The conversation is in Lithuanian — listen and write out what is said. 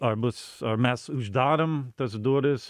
ar bus ar mes uždarėm tas duris